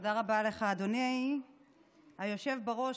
תודה רבה לך, אדוני היושב בראש.